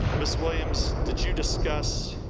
ah ms. williams, did you discuss